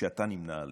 שאתה נמנה עימם.